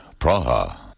Praha